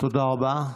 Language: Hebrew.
תודה רבה.